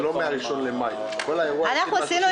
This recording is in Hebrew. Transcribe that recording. (תשלום פיצויים) (נזק מלחמה ונזק עקיף) (הוראת שעה),